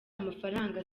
amafaranga